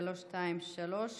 מס' 323,